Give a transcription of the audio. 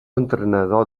entrenador